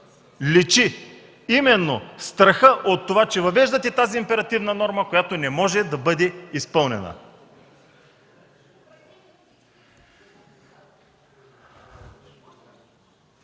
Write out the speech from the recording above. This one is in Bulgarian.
личи именно страхът от това, че въвеждате тази императивна норма, която не може да бъде изпълнена.